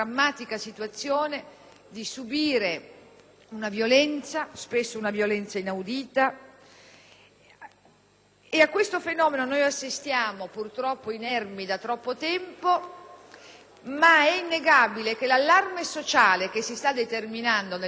A questo fenomeno assistiamo, purtroppo inermi, da troppo tempo ma è innegabile che l'allarme sociale che si sta determinando nel Paese riguardo a questo tipo di reati ci obbliga ad una riflessione tempestiva.